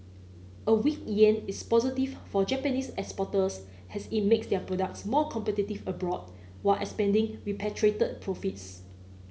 a weak yen is positive for Japanese exporters as it makes their products more competitive abroad while expanding repatriated profits